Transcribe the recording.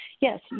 yes